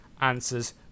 answers